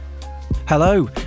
Hello